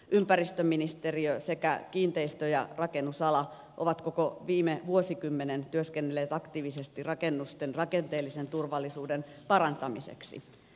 ympäristöministeriö sekä kiinteistö ja rakennusala ovat koko viime vuosikymmenen työskennelleet aktiivisesti rakennusten rakenteellisen turvallisuuden parantamiseksi